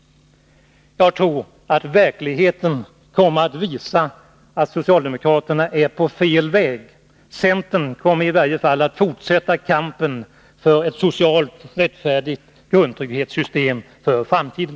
Jag tror att verkligheten kommer att visa att socialdemokraterna är på fel väg. Centern kommer i varje fall att fortsätta kampen för ett rättfärdigt socialt grundtrygghetssystem för framtiden.